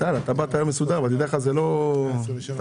בעיקר ברשויות בחברה הערבית.